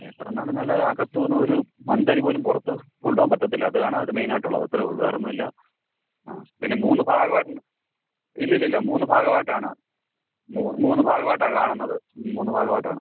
ക്ഷേത്രം എന്ന് പറഞ്ഞാൽ അകത്തുനിന്ന് ഒരു മൺതരി പോലും പുറത്ത് കൊണ്ടുപോവാൻ പറ്റത്തില്ല അതാണ് മെയിന് ആയിട്ട് ഉള്ളത് അത്രയേ ഉള്ളൂ വേറെയൊന്നും ഇല്ല ആ പിന്നെ മൂന്ന് ഭാഗവായിട്ടാണ് ഇല്ലില്ലില്ല മൂന്ന് ഭാഗമായിട്ടാണ് മൂന്ന് ഭാഗമായിട്ടാ കാണുന്നത് മ്മ് മൂന്ന് ഭാഗമായിട്ടാണ്